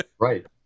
Right